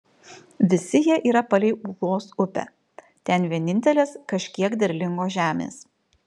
visi jie yra palei ūlos upę ten vienintelės kažkiek derlingos žemės